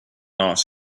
asked